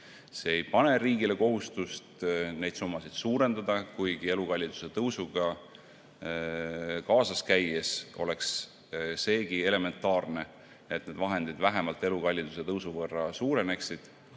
See ei pane riigile kohustust neid summasid suurendada, kuigi elukalliduse tõusuga kaasas käies oleks seegi elementaarne, et need vahendid vähemalt elukalliduse tõusu võrra suureneksid.